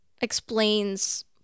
explains